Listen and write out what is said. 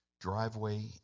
driveway